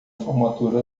formatura